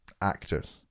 actors